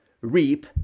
reap